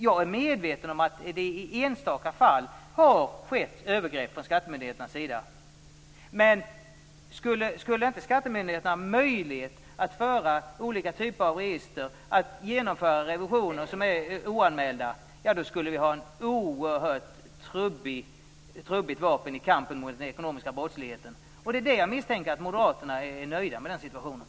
Jag är medveten om att det i enstaka fall har skett övergrepp från skattemyndigheternas sida. Men skulle inte skattemyndigheterna ha möjlighet att föra olika typer av register och att genomföra oanmälda revisioner, skulle vi ha ett oerhört trubbigt vapen i kampen mot den ekonomiska brottsligheten. Jag misstänker att moderaterna skulle vara nöjda med den situationen.